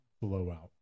blowout